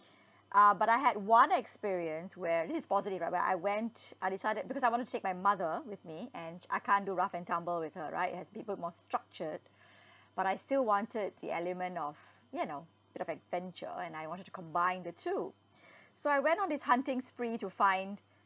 uh but I had one experience where this is positive right where I went I decided because I want to take my mother with me and I can't do ruff and tumble with her right it has to be put more structured but I still wanted the element of you know a bit of adventure and I wanted to combine the two so I went on this hunting spree to find